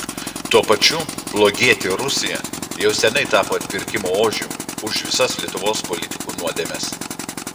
tuo pačiu blogietė rusija jau seniai tapo atpirkimo ožiu už visas lietuvos politikų nuodėmes